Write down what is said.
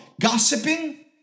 Gossiping